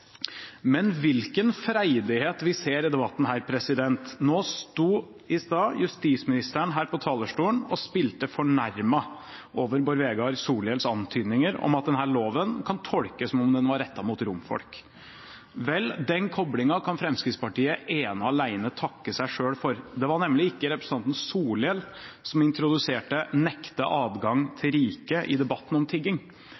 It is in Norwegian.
Men hvilken freidighet vi ser i debatten her! Nå sto justisministeren her på talerstolen i stad og spilte fornærmet over Bård Vegar Solhjells antydninger om at denne loven kan tolkes som om den er rettet mot romfolk. Vel, den koblingen kan Fremskrittspartiet ene og alene takke seg selv for. Det var nemlig ikke representanten Solhjell som introduserte det å nekte adgang